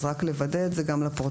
אז רק לוודא את זה גם לפרוטוקול.